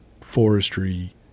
Forestry